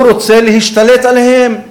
הוא רוצה להשתלט עליהם,